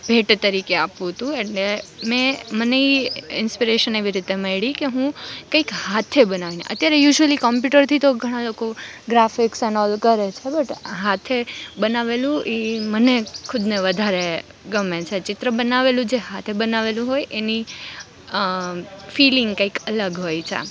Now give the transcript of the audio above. ભેટ તરીકે આપવું હતું એટલે મેં મને એ ઇન્સપીરેશન એવી રીતે મળી કે હું કંઇક હાથે બનાવીને અત્યારે યુઝઅલી કોંપ્યુટરથી તો ઘણા લોકો ગ્રાફિક્સ એન ઓલ કરે છે બટ હાથે બનાવેલું ઇ મને ખુદને વધારે ગમે છે ચિત્ર બનાવેલું જે હાથે બનાવેલું હોય એની ફિલિંગ કંઈક અલગ હોય છે